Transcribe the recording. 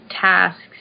tasks